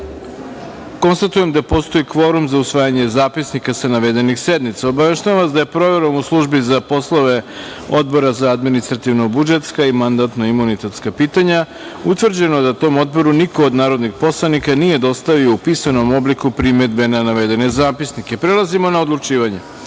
konstatujem da postoji kvorum za usvajanje zapisnika sa navedenih sednica. Obaveštavam vas da je proverom u službi za poslove Odbora za administrativno-budžetska i mandatno-imunitetska pitanja utvrđeno da tom Odboru niko od narodnih poslanika nije dostavio u pisanom obliku primedbe na navedene zapisnike. Prelazimo na odlučivanje. Stavljam